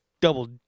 double